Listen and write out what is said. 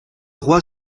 roi